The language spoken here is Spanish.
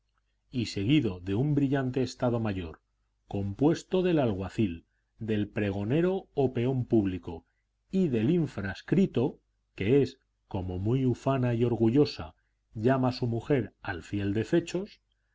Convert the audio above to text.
y seguido de un brillante estado mayor compuesto del alguacil del pregonero o peón público y del infrascrito que es como muy ufana y orgullosa llama su mujer al fiel